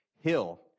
Hill